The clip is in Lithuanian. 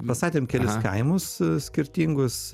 pastatėm kelis kaimus skirtingus